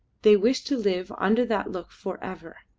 they wish to live under that look for ever.